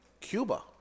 Cuba